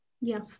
Yes